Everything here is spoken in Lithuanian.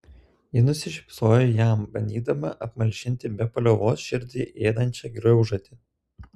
ji nusišypsojo jam bandydama apmalšinti be paliovos širdį ėdančią graužatį